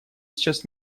сейчас